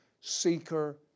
seeker